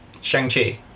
Shang-Chi